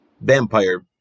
vampire